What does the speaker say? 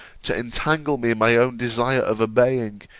to entangle me in my own desire of obeying,